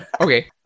Okay